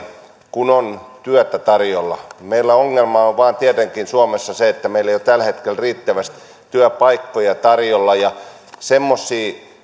kun on työtä tarjolla meillä ongelma on vain tietenkin suomessa se että meillä ei ole tällä hetkellä riittävästi työpaikkoja tarjolla semmoisia